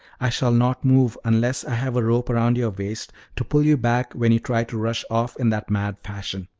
i shall not move unless i have a rope round your waist to pull you back when you try to rush off in that mad fashion.